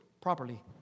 properly